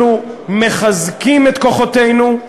אנחנו מחזקים את כוחותינו,